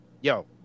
yo